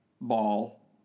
Ball